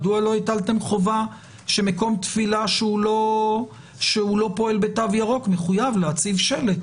מדוע לא הטלתם חובה שמקום תפילה שלא פועל בתו ירוק מחויב להציב שלט